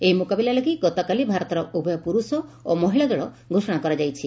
ଏହି ମୁକାବିଲା ଲାଗି ଗତକାଲି ଭାରତର ଉଭୟ ପୁରୁଷ ଓ ମହିଳା ଦଳ ଘୋଷଣା କରାଯାଇଛି